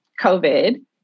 COVID